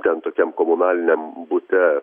ten tokiam komunaliniam bute